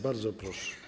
Bardzo proszę.